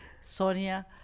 Sonia